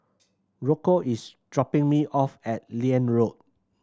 Rocco is dropping me off at Liane Road